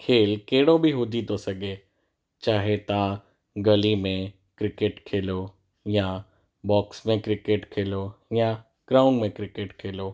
खेल केड़ो बि हुजी तो सघे चाहे तां गली में क्रिकेट खेलो या बॉक्स में क्रिकेट खेलो या ग्राउंड में क्रिकेट खेलो